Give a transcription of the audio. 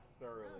thoroughly